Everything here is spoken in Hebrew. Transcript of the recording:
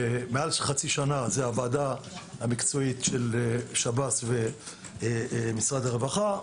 מעל חצי שנה זאת הוועדה המקצועית של שב"ס ומשרד הרווחה.